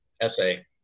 essay